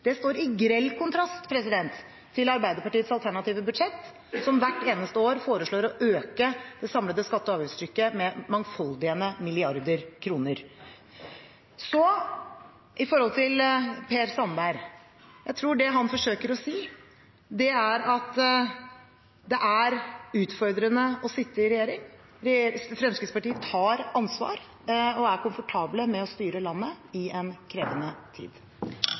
Det står i grell kontrast til Arbeiderpartiets alternative budsjett, som hvert eneste år foreslår å øke det samlede skatte- og avgiftstrykket med mangfoldige milliarder kroner. Når det gjelder Per Sandberg, tror jeg det han forsøker å si, er at det er utfordrende å sitte i regjering. Fremskrittspartiet tar ansvar og er komfortable med å styre landet i en krevende tid.